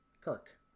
Kirk